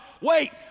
wait